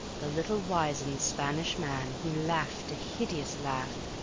the little wizened spanish man he laughed a hideous laugh,